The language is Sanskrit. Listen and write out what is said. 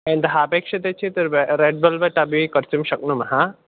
भवन्तः अपेक्षते चेत् रेड्वेल्वेट् अपिकर्तुं शक्नुमः